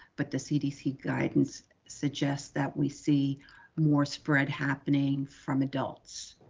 but the cdc guidance suggests that we see more spread happening from adults